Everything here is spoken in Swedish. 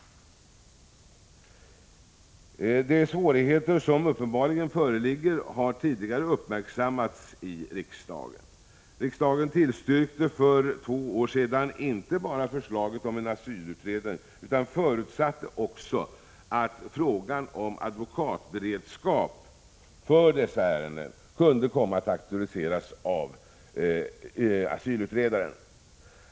De svårigheter som uppenbarligen föreligger har tidigare uppmärksammats i riksdagen. Riksdagen tillstyrkte för två år sedan inte bara förslaget om en asylutredning utan förutsatte också att frågan om advokatberedskap för dessa ärenden kunde komma att aktualiseras av asylutredaren.